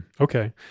Okay